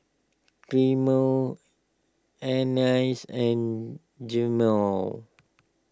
Carmel Anice and Jemal